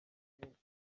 bwinshi